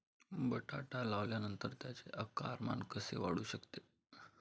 बटाटा लावल्यानंतर त्याचे आकारमान कसे वाढवू शकतो?